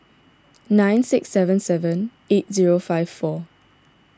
nine six seven seven eight zero five four